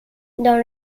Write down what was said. dans